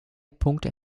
punkte